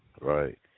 right